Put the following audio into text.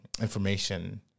information